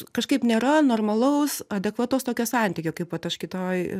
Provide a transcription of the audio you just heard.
kažkaip nėra normalaus adekvataus tokio santykio kaip vat aš kitoj